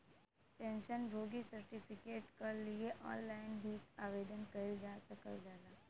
pension भोगी certificate कल लिए ऑनलाइन भी आवेदन कइल जा सकल जाला